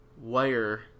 wire